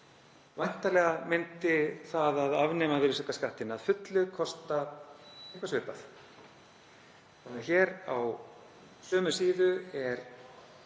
Væntanlega myndi það að afnema virðisaukaskattinn að fullu kosta eitthvað svipað. Hér á sömu síðu er